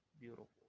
beautiful